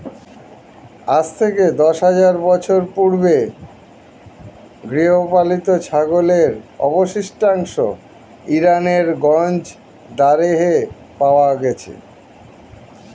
আজ থেকে দশ হাজার বছর পূর্বে গৃহপালিত ছাগলের অবশিষ্টাংশ ইরানের গঞ্জ দারেহে পাওয়া গেছে